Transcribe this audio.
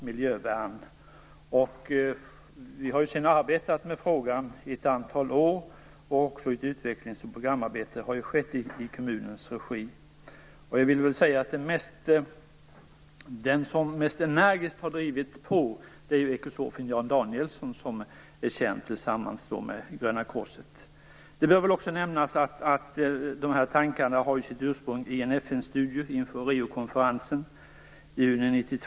Herr talman! Jag har ett förflutet i frågan, och jag vill gärna ge några synpunkter. Frågan om miljövärnsutbildning är ingalunda ny i kammaren. Frågan har debatterats flera gånger i motioner och sedemera i utskottsbetänkanden. Men redan 1992 väckte vi en socialdemokratisk motion som gällde miljövärnsutbildning och skapande av ett miljövärn i Kristianstad. Vi har sedan arbetat med frågan i ett antal år. Även ett utvecklings och programarbete har skett i kommunens regi. Den som mest energiskt har drivit på är ekosofen Jan Danielsson, som är känd i samband med Gröna korset.